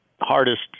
hardest